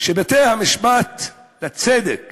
שבתי-המשפט לצדק